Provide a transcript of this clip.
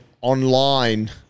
online